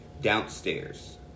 downstairs